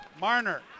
Marner